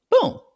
Boom